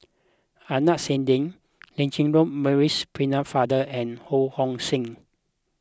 Adnan Saidi Lancelot Maurice Pennefather and Ho Hong Sing